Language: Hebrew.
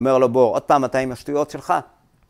אומר לו בור עוד פעם אתה עם השטויות שלך